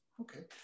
Okay